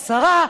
השרה,